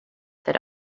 that